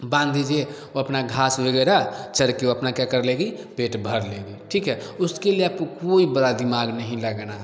बांध दीजिए अपना घास वगैरह चर के अपना क्या कर लेगी पेट भर लेगी ठीक है उसके लिए आपको कोई बड़ा दिमाग नहीं लगाना है ठीक है